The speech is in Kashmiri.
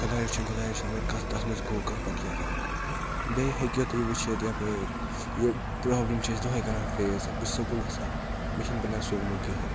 خۄدایے سُنٛد خۄدایَس اگر کَتھ منٛز گوٚوانٛہہ پَتہٕ کیٛاہ کَرو بیٚیہِ ہیٚکو تُہۍ وٕچھِتھ یَپٲرۍ یہِ پرابلِم أسۍ دۄہے کَران فیس یا بہٕس سکوٗل گژھان مےٚ چھِنہٕ بَنان سوگمُت کِہیٖنۍ